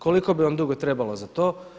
Koliko bi vam dugo trebalo za to?